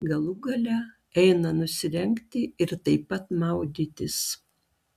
galų gale eina nusirengti ir taip pat maudytis